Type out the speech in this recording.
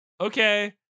Okay